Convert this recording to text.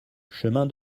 chemin